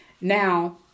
Now